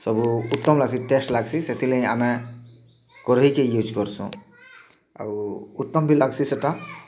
ସବୁ ଉତ୍ତମ୍ ଲାଗ୍ସି ଟେଷ୍ଟ୍ ଲାଗ୍ସି ସେଥିର୍ଲାଗି ଆମେ କରେଇକି ୟୁଜ୍ କର୍ସୁଁ ଆରୁ ଉତ୍ତମ ବି ଲାଗ୍ସୁଁ ସେଇଟା